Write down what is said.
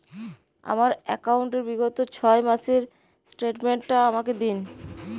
আমার অ্যাকাউন্ট র বিগত ছয় মাসের স্টেটমেন্ট টা আমাকে দিন?